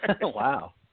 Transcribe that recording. Wow